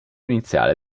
iniziale